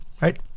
right